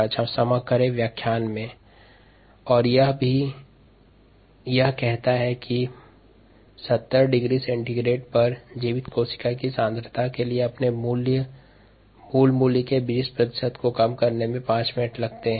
प्रश्न यह भी कहता है कि 70 डिग्री सेल्सियस पर जीवित कोशिका सांद्रता के लिए अपने मूल मान के 20 प्रतिशत् तक कम करने में 5 मिनट्स लगते हैं